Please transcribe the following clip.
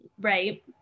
right